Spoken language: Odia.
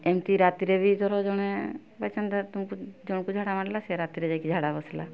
ଏମିତି ରାତିରେ ବି ଧର ଜଣେ ବାଏ ଚାନ୍ସ୍ ଧର ତୁମକୁ ଜଣକୁ ଝାଡ଼ା ମାଡ଼ିଲା ସେ ରାତିରେ ଯାଇକି ଝାଡ଼ା ବସିଲା